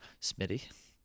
Smitty